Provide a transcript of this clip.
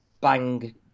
bang